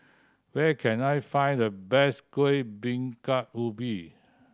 where can I find the best Kuih Bingka Ubi